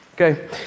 okay